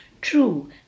True